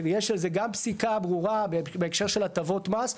ויש על זה גם פסיקה ברורה בהקשר של הטבות מס.